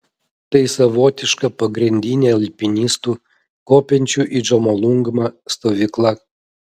tai savotiška pagrindinė alpinistų kopiančių į džomolungmą stovykla